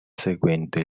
seguente